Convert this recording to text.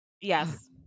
Yes